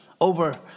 over